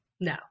No